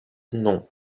non